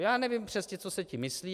Já nevím přesně, co se tím myslí.